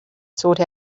sought